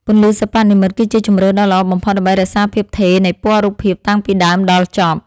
ពន្លឺសិប្បនិម្មិតគឺជាជម្រើសដ៏ល្អបំផុតដើម្បីរក្សាភាពថេរនៃពណ៌រូបភាពតាំងពីដើមដល់ចប់។